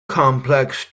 complex